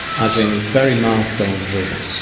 as in it's very milestone-driven.